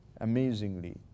amazingly